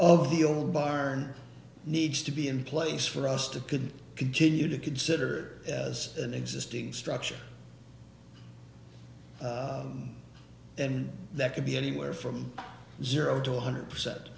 of the old barn needs to be in place for us to could continue to consider as an existing structure and that could be anywhere from zero to one hundred percent